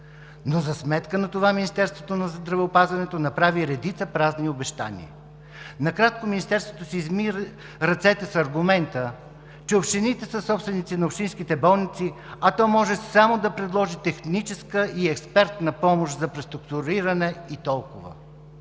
но за сметка на това Министерството на здравеопазването направи редица празни обещания. Накратко, Министерството си изми ръцете с аргумента, че общините са собственици на общинските болници, а то може само да предложи техническа и експертна помощ за преструктуриране и толкова.